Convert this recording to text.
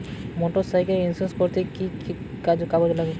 Motorcycle insurance করতে কি কি কাগজ লাগবে?